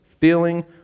feeling